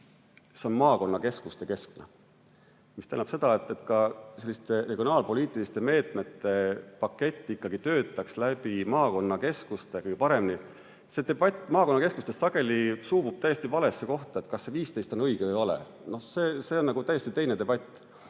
see on maakonnakeskuste keskne. See tähendab seda, et ka selliste regionaalpoliitiliste meetmete pakett toimiks ikkagi maakonnakeskuste kaudu paremini. See debatt maakonnakeskustest sageli suubub täiesti valesse kohta. Kas see 15 on õige või vale, see on nagu täiesti teine debatt.